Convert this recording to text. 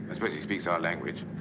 i suppose he speaks our language.